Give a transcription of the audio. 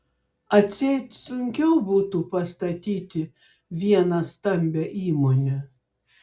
atseit sunkiau būtų pastatyti vieną stambią įmonę